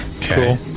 cool